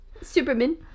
Superman